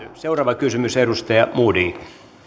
seuraava kysymys edustaja modig